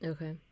Okay